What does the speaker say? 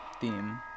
theme